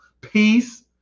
peace